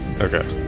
okay